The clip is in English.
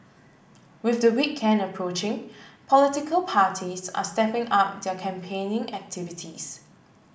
with the weekend approaching political parties are stepping up their campaigning activities